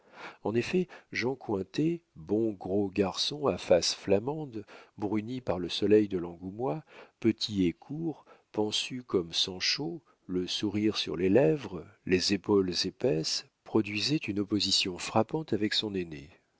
en effet jean cointet bon gros garçon à face flamande brunie par le soleil de l'angoumois petit et court pansu comme sancho le sourire sur les lèvres les épaules épaisses produisait une opposition frappante avec son aîné